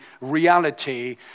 reality